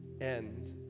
end